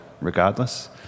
regardless